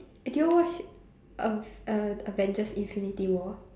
do you watch uh uh Avengers Infinity War